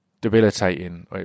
debilitating